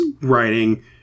writing